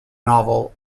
novel